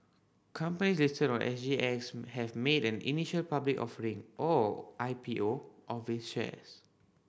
company listed on S G X have made an initial public offering or I P O of its shares